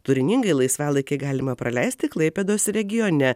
turiningai laisvalaikį galima praleisti klaipėdos regione